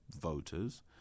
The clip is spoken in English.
voters